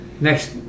next